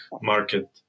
market